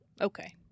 Okay